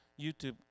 YouTube